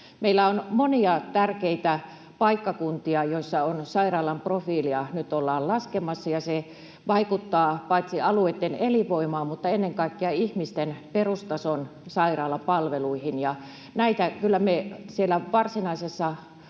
Meillä on monia tärkeitä paikkakuntia, joissa sairaalan profiilia nyt ollaan laskemassa, ja se vaikuttaa paitsi alueitten elinvoimaan myös ennen kaikkea ihmisten perustason sairaalapalveluihin. Näitä kyllä me siellä varsinaisessa